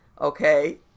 Okay